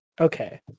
okay